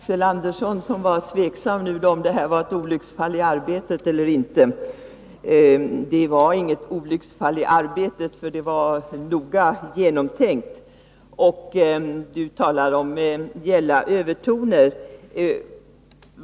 Herr talman! Axel Andersson var tveksam om min kritik var ett olycksfall i arbetet eller inte. Den var inget olycksfall i arbetet, för den var noga genomtänkt. Axel Andersson talade om gälla övertoner.